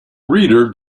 reader